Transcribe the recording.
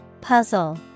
Puzzle